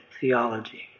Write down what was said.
theology